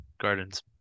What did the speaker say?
gardens